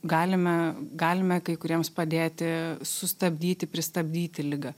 galime galime kai kuriems padėti sustabdyti pristabdyti ligą